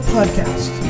Podcast